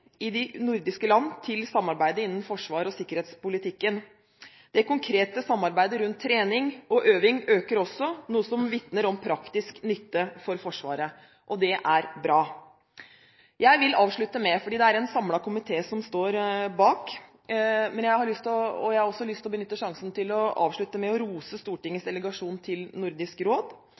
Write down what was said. i de nordiske land til samarbeidet innen forsvars- og sikkerhetspolitikken. Det konkrete samarbeidet rundt trening og øving øker også, noe som vitner om praktisk nytte for Forsvaret, og det er bra. Det er en samlet komité som står bak dette. Jeg har også lyst til å benytte anledningen til å rose Stortingets delegasjon til Nordisk råd og ønske den nyvalgte presidenten, representanten Nybakk, lykke til med